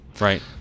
right